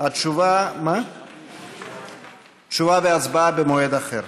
תשובה והצבעה במועד אחר.